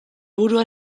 burua